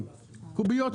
קוביות שום.